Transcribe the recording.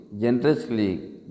generously